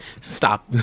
stop